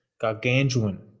gargantuan